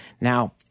Now